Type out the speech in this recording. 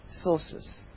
sources